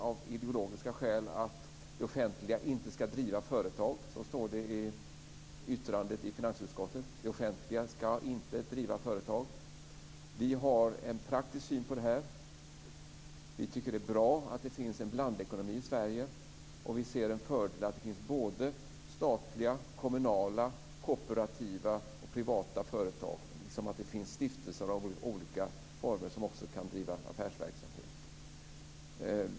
Av ideologiska skäl anser de att det offentliga inte ska driva företag - så står det i yttrandet i finansutskottet. Vi har en praktisk syn på det här. Vi tycker att det är bra att det finns en blandekonomi i Sverige och vi ser en fördel i att det finns statliga, kommunala, kooperativa och privata företag liksom att det finns stiftelser i olika former som också kan driva affärsverksamhet.